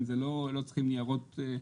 לא צריכים ניירות.